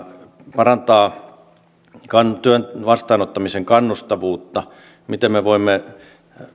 parantaa työn vastaanottamisen kannustavuutta miten me voimme